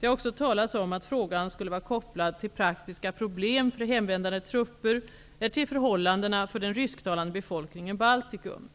Det har också talats om att frågan skulle vara kopplad till praktiska problem för hemvändande trupper eller till förhållandena för den rysktalande befolkningen i Baltikum.